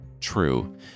true